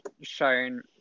shown